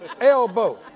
elbow